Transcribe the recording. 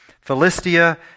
Philistia